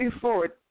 forward